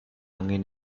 angin